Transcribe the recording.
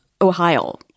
Ohio